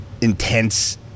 intense